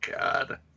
God